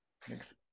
Thanks